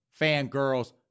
fangirls